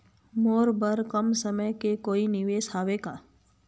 मोर बर कम समय के कोई निवेश हावे का?